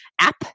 app